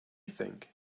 think